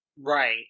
right